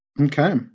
Okay